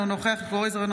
אינו נוכח יצחק קרויזר,